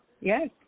Yes